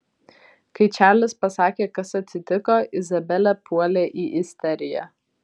kai čarlis pasakė kas atsitiko izabelė puolė į isteriją